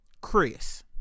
Chris